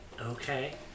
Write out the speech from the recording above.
Okay